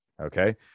Okay